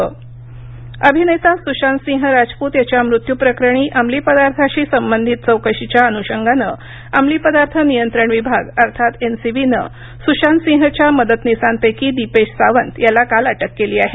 सुशांतसिंह अभिनेता सुशांतसिंह राजपूत याच्या मृत्यूप्रकरणी अंमली पदार्थाशी संबंधित चौकशीच्या अनुषंगानं अंमलीपदार्थ नियंत्रण विभाग अर्थात एनसीबीनं सुशांतसिंहच्या मदतनीसांपैकी दीपेश सावंत याला काल अटक केली आहे